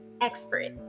expert